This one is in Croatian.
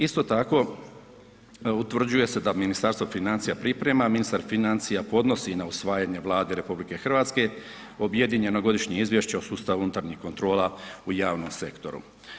Isto tako, utvrđuje se da Ministarstvo financija priprema, ministar financija podnosi na usvajanje Vladi RH objedinjeno godišnje izvješće o sustavu unutarnjih kontrola u javnom sektoru.